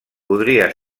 podria